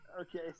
Okay